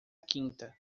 quinta